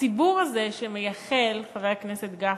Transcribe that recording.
הציבור הזה, שמייחל, חבר הכנסת גפני,